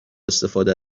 استفاده